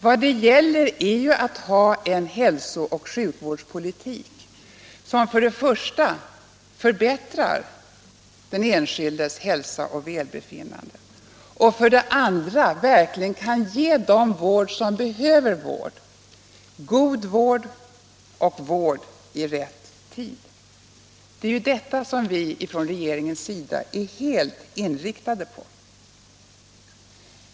Vad det gäller är ju att ha en hälso och sjukvårdspolitik som för det första förbättrar den enskildes hälsa och välbefinnande och för det andra verkligen kan ge dem vård som behöver vård — god vård och vård i rätt tid. Det är ju detta som vi från regeringens sida är helt inriktade på.